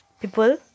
people